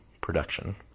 production